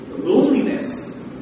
loneliness